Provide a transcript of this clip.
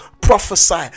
prophesy